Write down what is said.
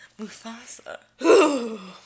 Mufasa